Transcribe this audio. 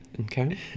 Okay